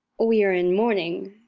we are in mourning,